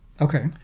Okay